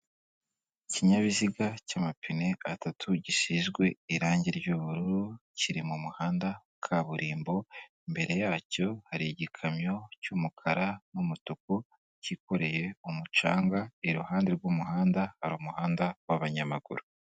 Ikinyabiziga cy'amapine atatu gisinzwe irangi ry'ubururu kiri mu muhanda wa kaburimbo, imbere yacyo hari igikamyo cy'umukara n'umutuku cyikoreye umucanga, iruhande rw'umuhanda hari umuhanda w'abanyamaguru.